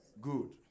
Good